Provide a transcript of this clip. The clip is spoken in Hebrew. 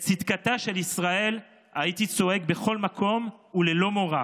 את צדקתה של ישראל הייתי צועק בכל מקום וללא מורא.